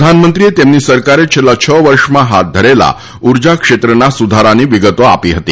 પ્રધાનમંત્રીએ તેમની સરકારે છેલ્લાં છ વર્ષમાં હાથ ધરેલા ઊર્જાક્ષેત્રના સુધારાની વિગતો આપી હતી